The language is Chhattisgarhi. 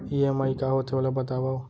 ई.एम.आई का होथे, ओला बतावव